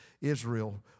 Israel